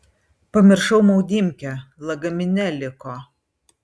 pamiršau maudymkę lagamine liko